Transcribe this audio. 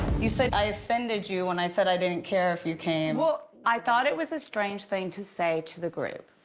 you say i offended you when i said i didn't care if you came. well, i thought it was a strange thing to say to the group,